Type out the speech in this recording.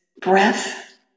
breath